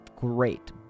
great